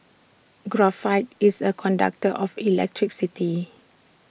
graphite is A conductor of electricity